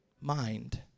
mind